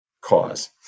cause